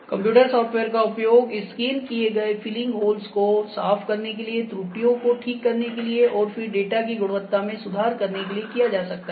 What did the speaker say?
computer software का उपयोग scan किए गए फिलिंग होल्स को साफ करने के लिए त्रुटियों को ठीक करने के लिए और फिर डेटा की गुणवत्ता में सुधार करने के लिए किया जा सकता है